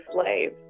slave